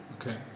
Okay